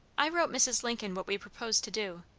i wrote mrs. lincoln what we proposed to do,